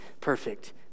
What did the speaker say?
perfect